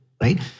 right